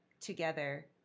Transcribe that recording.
together